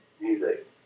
music